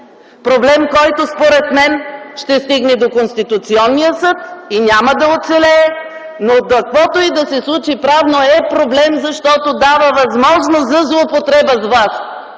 Проблем, който, според мен, ще стигне до Конституционния съд и няма да оцелее, но каквото и да се случи правно е проблем, защото дава възможност за злоупотреба с власт